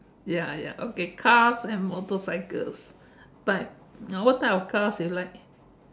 ya ya okay car and motorcycles type what type of cars you like